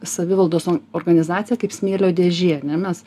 savivaldos organizacija kaip smėlio dėžė ane mes